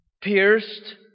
Pierced